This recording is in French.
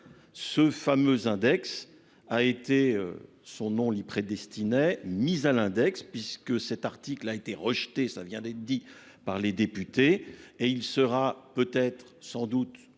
Ce fameux Index a été son nom l'y prédestinait mise à l'index puisque cet article a été rejeté. Ça vient d'être dit par les députés et il sera peut-être sans doute